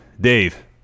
Dave